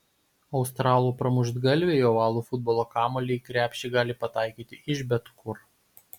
australų pramuštgalviai ovalų futbolo kamuolį į krepšį gali pataikyti iš bet kur